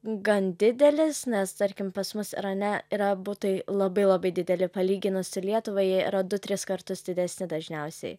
gan didelis nes tarkim pas mus irane yra butai labai labai dideli palyginus su lietuva jie yra du tris kartus didesni dažniausiai